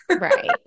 Right